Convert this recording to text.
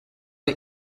the